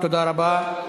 תודה רבה.